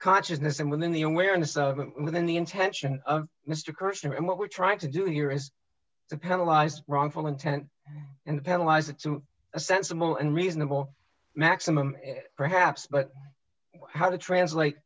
consciousness and within the awareness within the intention of mr person and what we're trying to do here is to penalize wrongful intent and penalize it to a sensible and reasonable maximum perhaps but how to translate